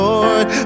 Lord